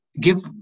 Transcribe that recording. give